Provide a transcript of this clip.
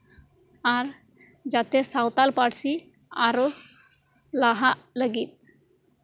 ᱡᱟᱛᱮ ᱥᱟᱶᱛᱟᱞ ᱯᱟᱹᱨᱥᱤ ᱟᱨᱚ ᱞᱟᱦᱟᱜ ᱞᱟᱹᱜᱤᱫ